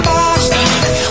Boston